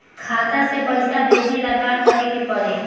खाता से पैसा भेजे ला का करे के पड़ी?